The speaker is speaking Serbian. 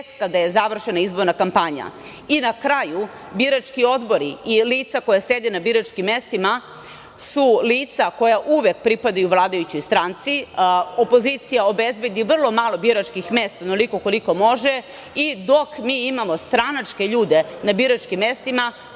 kada je završena izborna kampanja. Na kraju, birački odbori i lica koja sede na biračkim mestima su lica koja uvek pripadaju vladajućoj stranci. Opozicija obezbedi vrlo malo biračkih mesta, onoliko koliko može, i dok mi imamo stranačke ljude na biračkim mestima